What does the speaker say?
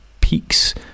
peaks